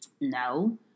No